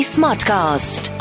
Smartcast